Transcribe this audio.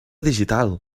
digital